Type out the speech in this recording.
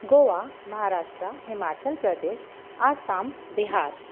Goa Maharashtra Himachal Pradesh Assam Bihar